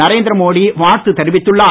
நரேந்திர மோடி வாழ்த்து தெரிவித்துள்ளார்